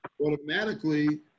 Automatically